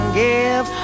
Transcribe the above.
give